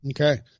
Okay